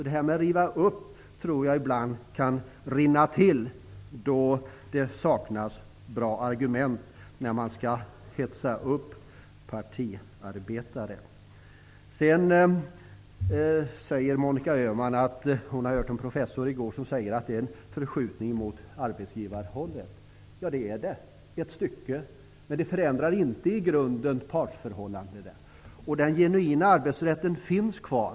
Detta med att riva upp tror jag ibland kan rinna till då det saknas bra argument när man skall hetsa upp partiarbetare. Monica Öhman säger att hon i går hörde en professor säga att förslaget innebär en förskjutning mot arbetsgivarhållet. Ja, det är det, ett stycke. Men det förändrar inte i grunden partsförhållandet. Den genuina arbetsrätten finns kvar.